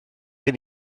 gen